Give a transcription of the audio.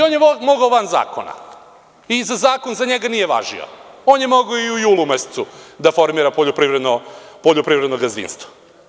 On je mogao van zakona i zakon za njega nije važio, mogao je i u julu mesecu da formira poljoprivredno gazdinstvo.